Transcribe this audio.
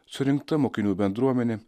surinkta mokinių bendruomenė